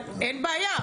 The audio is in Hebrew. אין בעיה,